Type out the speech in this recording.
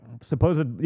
supposed